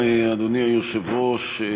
אדוני היושב-ראש,